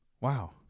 Wow